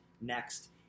next